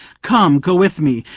come, go with me,